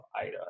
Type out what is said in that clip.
Ida